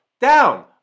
down